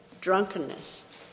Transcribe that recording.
drunkenness